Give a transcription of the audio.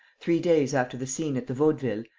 three days after the scene at the vaudeville,